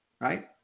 Right